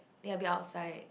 it will be outside